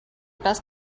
best